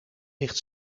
ligt